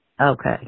Okay